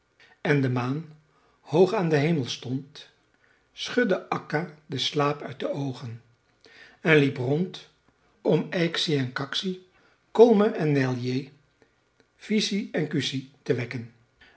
en de maan hoog aan den hemel stond schudde akka den slaap uit de oogen en liep rond om yksi en kaksi kolme en neljä viisi en kuusi te wekken